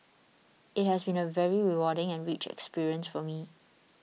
it has been a very rewarding and rich experience for me